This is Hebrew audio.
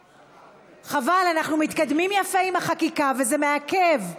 חבל, אנחנו מתקדמים יפה עם החקיקה, וזה מעכב.